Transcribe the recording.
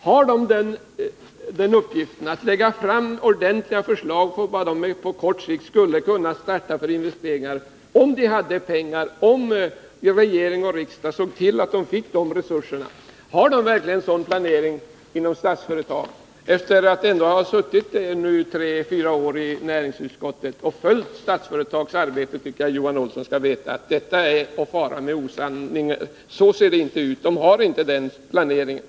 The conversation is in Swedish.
Har de verkligen uppgiften att lägga fram ordentliga förslag om vilka investeringar de skulle kunna göra på kort sikt, om regering och riksdag såg till att de fick de resurser som behövs? Har man verkligen en sådan planering inom Statsföretag? Det påstår Johan Olsson alltså att de har. Efter att ha suttit tre eller fyra år i näringsutskottet och följt Statsföretags arbete borde Johan Olsson veta att detta är att fara med osanning. Så ser det inte ut. Företagen har inte den planeringen.